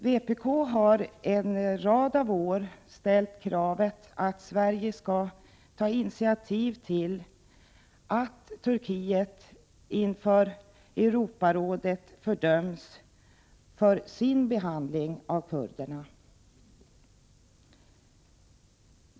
Vpk har under en rad av år ställt kravet att Sverige skall ta initiativ till att Turkiet inför Europarådet fördöms för sin behandling av kurderna.